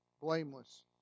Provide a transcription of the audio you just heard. blameless